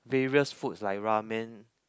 various foods like ramen